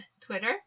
Twitter